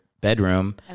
bedroom